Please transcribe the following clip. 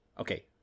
Okay